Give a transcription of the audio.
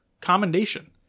Commendation